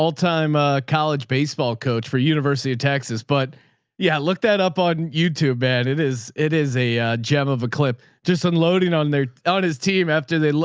time a college baseball coach for university of texas. but yeah, looked that up on youtube, man. it is, it is a gem of a clip just unloading on their own, his team. after they